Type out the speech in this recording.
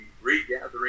regathering